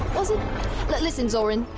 was it? but l-listen zorin,